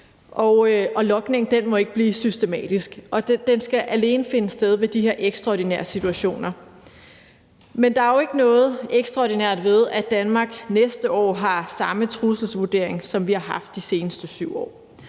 og logningen må ikke blive systematisk. Den skal alene finde sted ved de her ekstraordinære situationer. Men der er jo ikke noget ekstraordinært ved, at Danmark næste år har samme trusselsvurdering, som vi har haft de seneste 7 år.